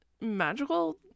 Magical